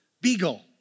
Beagle